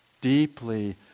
deeply